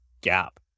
gap